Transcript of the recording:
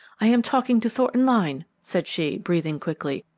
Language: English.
i am talking to thornton lyne, said she, breathing quickly,